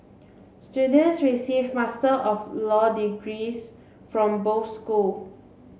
students receive Master of Law degrees from both school